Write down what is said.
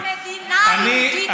את המדינה היהודית אתה אוהב?